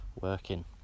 working